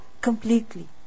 completely